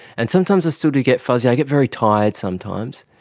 and sometimes i still do get fuzzy, i get very tired sometimes,